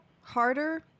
harder